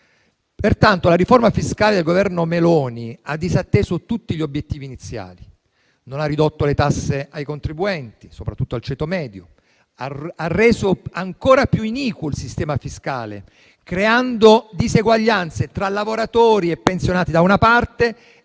Pertanto, la riforma fiscale del Governo Meloni ha disatteso tutti gli obiettivi iniziali: non ha ridotto le tasse ai contribuenti, soprattutto al ceto medio; ha reso ancora più iniquo il sistema fiscale, creando diseguaglianze tra lavoratori e pensionati, da una parte, e